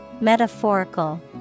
Metaphorical